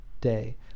day